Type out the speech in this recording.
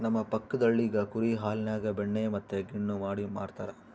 ನಮ್ಮ ಪಕ್ಕದಳ್ಳಿಗ ಕುರಿ ಹಾಲಿನ್ಯಾಗ ಬೆಣ್ಣೆ ಮತ್ತೆ ಗಿಣ್ಣು ಮಾಡಿ ಮಾರ್ತರಾ